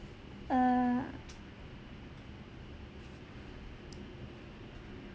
err